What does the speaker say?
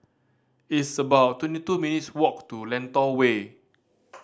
it's about twenty two minutes' walk to Lentor Way